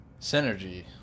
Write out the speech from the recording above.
Synergy